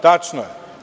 Tačno je.